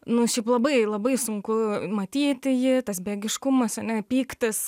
nu šiaip labai labai sunku matyti jį tas bejėgiškumas ane pyktis